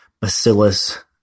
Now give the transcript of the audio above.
bacillus